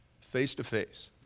Face-to-face